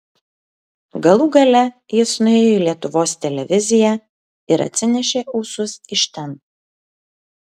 galų gale jis nuėjo į lietuvos televiziją ir atsinešė ūsus iš ten